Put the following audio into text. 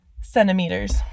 centimeters